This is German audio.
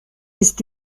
ist